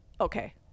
okay